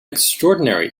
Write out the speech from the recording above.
extraordinary